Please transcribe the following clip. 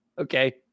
Okay